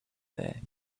there